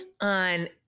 on